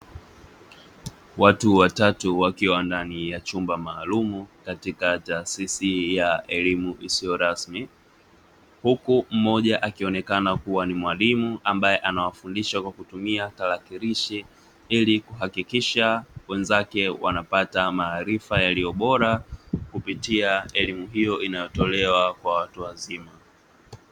Watu watatu wakiwa ndani ya chumba maalumu katika taasisi ya elimu isiyo rasmi. Huku mmoja akionekana kuwa ni mwalimu ambaye anawafundisha kwa kutumia tarakilishi, ili kuhakikisha wenzake wanapata maarifa yaliyo bora kupitia elimu hiyo inayotolewa kwa watu wazima.